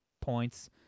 points